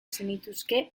zenituzke